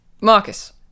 Marcus